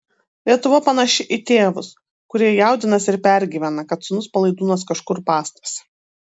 lietuva panaši į tėvus kurie jaudinasi ir pergyvena kad sūnus palaidūnas kažkur bastosi